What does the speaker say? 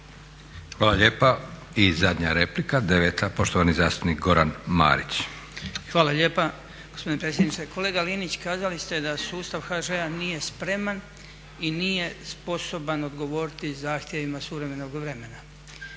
Hvala lijepa. I zadnja replika, deveta, poštovani zastupnik Goran Marić. **Marić, Goran (HDZ)** Hvala lijepa gospodine predsjedniče. Kolega Linić kazali ste da sustav HŽ-a nije spreman i nije sposoban odgovoriti zahtjevima suvremenog vremena.